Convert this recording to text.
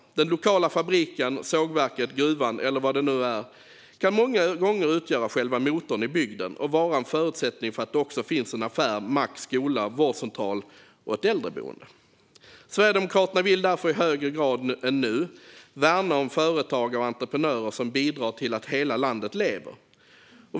Den lokala fabriken, sågverket, gruvan eller vad det nu är kan många gånger utgöra själva motorn i bygden och vara en förutsättning för att det också finns affär, mack, skola, vårdcentral och äldreboende. Sverigedemokraterna vill därför i högre grad än nu värna om företagare och entreprenörer som bidrar till att hela landet lever.